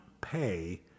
pay